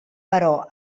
però